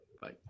Bye